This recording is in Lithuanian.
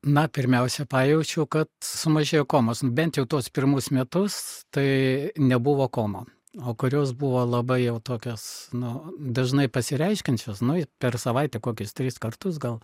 na pirmiausia pajaučiau kad sumažėjo komos bent jau tuos pirmus metus tai nebuvo komų o kurios buvo labai jau tokios nu dažnai pasireiškiančios nu per savaitę kokius tris kartus gal